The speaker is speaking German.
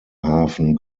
hafen